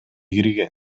кирген